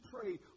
pray